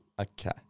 okay